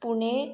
Pune